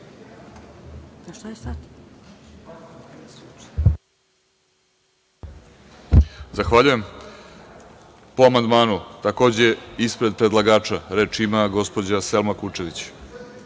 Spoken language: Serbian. Zahvaljujem. Po amandmanu, takođe ispred predlagača, reč ima gospođa Selma Kučević.